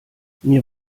mir